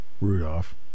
Rudolph